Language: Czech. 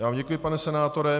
Já vám děkuji, pane senátore.